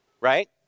right